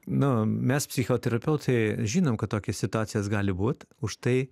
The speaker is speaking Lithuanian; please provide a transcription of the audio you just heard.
nu mes psichoterapeutai žinom kad tokios situacijos gali būt už tai